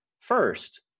first